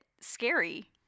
Scary